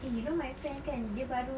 eh you know my friend kan dia baru